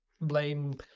blame